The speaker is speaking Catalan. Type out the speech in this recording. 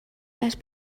les